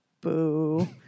Boo